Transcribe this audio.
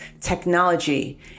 technology